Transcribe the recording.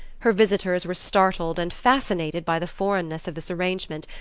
her visitors were startled and fascinated by the foreignness of this arrangement,